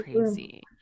crazy